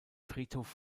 friedhof